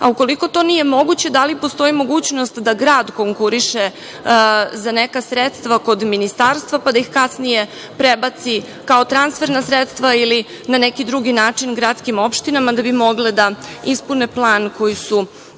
Ukoliko to nije moguće, da li postoji mogućnost da grad konkuriše za neka sredstva kod Ministarstva, pa da ih kasnije prebaci kao transferna sredstva ili na neki drugi način gradskim opštinama da bi mogle da ispune plan koji su